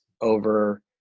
over